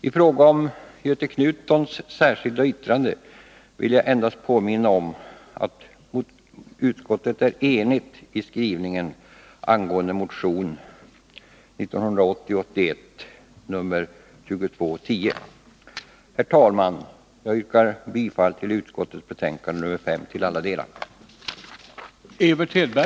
I fråga om Göthe Knutsons särskilda yttrande vill jag endast påminna om att utskottet är enigt i skrivningen angående motion 1980/81:2210. Herr talman! Jag yrkar bifall till utskottets hemställan i betänkande nr 5 på samtliga punkter.